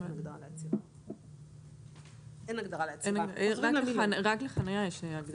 רק לחניה יש הגדרה.